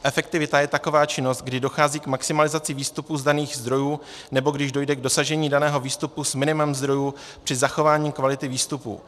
Efektivita je taková činnost, kdy dochází k maximalizaci výstupů z daných zdrojů, nebo když dojde k dosažení daného výstupu s minimem zdrojů při zachování kvality výstupů.